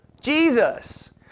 Jesus